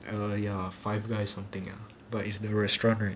ya five guys something lah but is the restaurant right